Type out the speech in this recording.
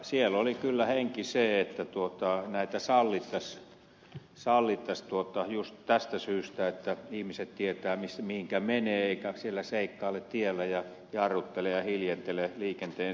siellä oli kyllä henki se että näitä sallittaisiin juuri tästä syystä että ihmiset tietävät mihinkä menevät eivätkä siellä seikkaile tiellä ja jarruttele ja hiljentele liikenteen seassa